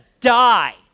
die